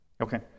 Okay